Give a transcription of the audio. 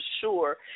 sure